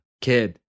Kid